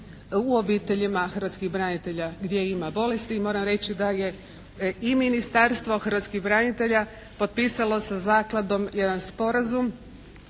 u obiteljima hrvatskih branitelja gdje ima bolesti. I moram reći da je i Ministarstvo hrvatskih branitelja potpisalo sa zakladom jedan sporazum